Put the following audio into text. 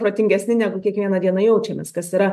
protingesni negu kiekvieną dieną jaučiamės kas yra